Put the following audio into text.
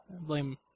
Blame